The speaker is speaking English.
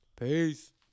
Peace